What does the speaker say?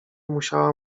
musiała